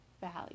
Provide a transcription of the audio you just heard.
value